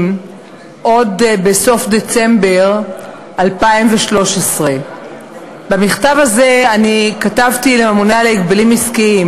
עוד בסוף דצמבר 2013. במכתב הזה אני כתבתי לממונה על ההגבלים העסקיים